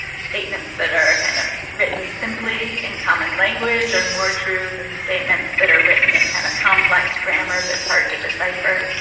statements that are kind of written simply in common language are more true than statements that are written in kind of complex grammar that's hard to decipher.